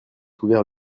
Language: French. ouvert